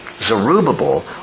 Zerubbabel